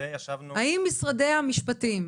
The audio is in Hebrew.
האם משרדי המשפטים,